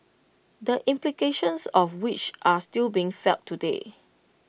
the implications of which are still being felt today